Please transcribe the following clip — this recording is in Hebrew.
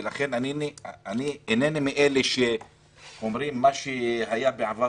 לכן אינני מאלה שאומרים שמה שהיה בעבר,